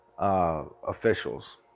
Officials